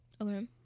Okay